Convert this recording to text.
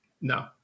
No